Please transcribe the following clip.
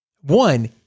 One